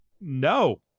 no